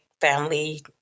family